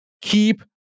keep